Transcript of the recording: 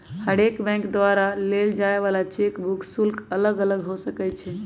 हरेक बैंक द्वारा लेल जाय वला चेक बुक शुल्क अलग अलग हो सकइ छै